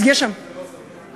זה לא סביר.